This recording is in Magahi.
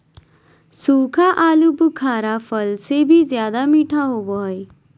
सूखा आलूबुखारा फल से भी ज्यादा मीठा होबो हइ